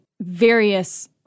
various